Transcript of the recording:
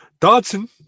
Dodson